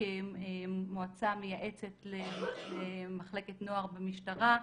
כמועצה מייעצת למחלקת נוער במשטרה,